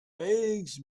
eggs